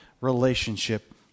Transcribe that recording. relationship